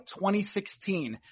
2016